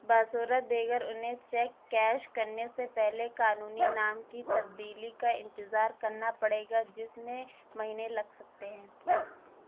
بصورت دیگر انہیں cheque cash کرنے سے پہلے قانونی نام کی تبدیلی کا انتظار کرنا پڑے گا جس میں مہینے لگ سکتے ہیں